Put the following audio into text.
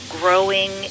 growing